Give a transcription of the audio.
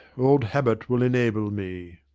old habit will enable me.